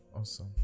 Awesome